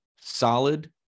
Solid